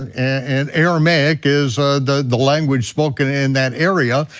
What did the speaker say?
and and aramaic is ah the the language spoken in that area,